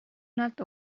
not